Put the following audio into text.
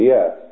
Yes